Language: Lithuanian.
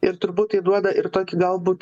ir turbūt tai duoda ir tokį galbūt